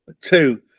two